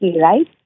right